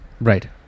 right